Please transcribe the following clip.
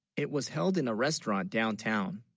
it was held in a restaurant downtown